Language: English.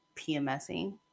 pmsing